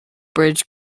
bridge